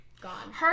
gone